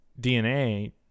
DNA